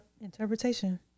interpretation